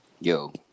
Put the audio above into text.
Yo